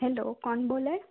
hello કોણ બોલે